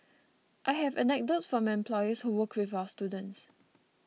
I have anecdotes from employers who work with our students